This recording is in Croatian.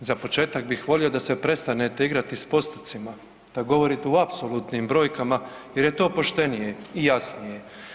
Za početak bih volio da se prestanete igrati s postocima, da govorite u apsolutnim brojkama jer je to poštenije i jasnije.